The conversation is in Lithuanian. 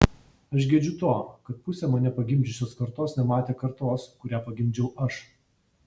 aš gedžiu to kad pusė mane pagimdžiusios kartos nematė kartos kurią pagimdžiau aš